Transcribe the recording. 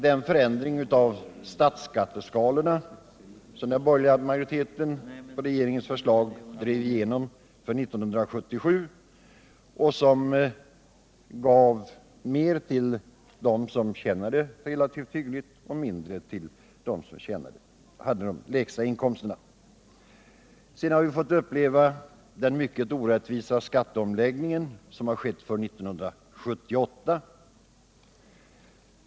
Den förändring av statsskatteskalorna som den borgerliga majoriteten på regeringens förslag drev igenom för 1977 gav mer till dem som tjänade relativt hyggligt och mindre till dem som hade de lägsta inkomsterna. Sedan har vi fått uppleva den mycket orättvisa skatteomläggning som har skett från 1978.